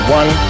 one